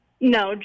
No